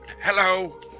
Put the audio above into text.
hello